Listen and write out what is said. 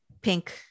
pink